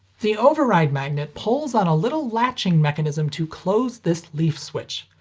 the override magnet pulls on a little latching mechanism to close this leaf switch.